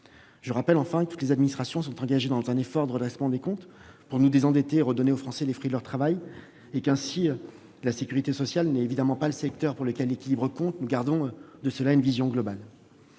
Je rappelle enfin que toutes les administrations publiques sont engagées dans un effort pour redresser nos comptes, nous désendetter et redonner aux Français les fruits de leur travail. Par conséquent, la sécurité sociale n'est évidemment pas le seul secteur pour lequel l'équilibre compte : nous gardons de cela une vision globale.